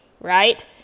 right